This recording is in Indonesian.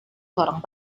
seorang